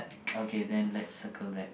okay then let's circle that